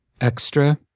extra